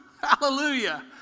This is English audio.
Hallelujah